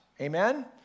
Amen